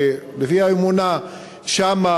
שלפי האמונה שם,